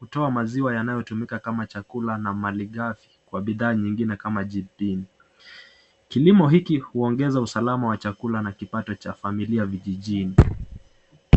hutoa maziwa yanayotumika kama chakula na malighafi kwa bidhaa zingine kama jibini. Kilimo hiki huongeza usalama wa chakula na kipato cha familia vijijini.